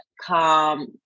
calm